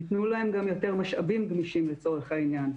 ניתנו להם גם יותר משאבים גמישים לצורך העניין,